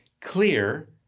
clear